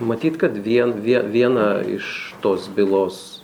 matyt kad vien vien vieną iš tos bylos